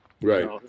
Right